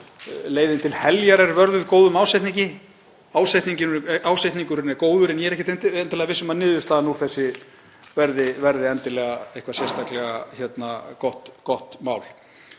Leiðin til heljar er vörðuð góðum ásetningi. Ásetningurinn er góður en ég er ekkert viss um að niðurstaðan úr þessu verði endilega sérstaklega gott mál.